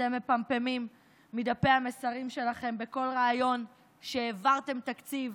אתם מפמפמים מדפי המסרים שלכם בכל ריאיון שהעברתם תקציב,